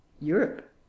europe